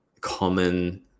common